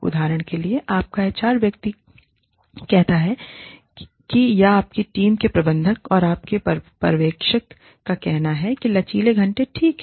उदाहरण के लिए आपका एचआर व्यक्ति कहता है कि या आपकी टीम के प्रबंधक या आपके पर्यवेक्षक का कहना है कि लचीले घंटे ठीक हैं